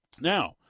Now